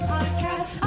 Podcast